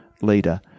leader